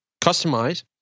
Customize